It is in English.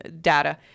data